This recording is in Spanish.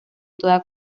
toda